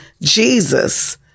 Jesus